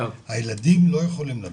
הילדים לא יכולים להמתין.